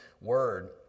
word